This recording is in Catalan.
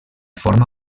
forma